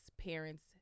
parents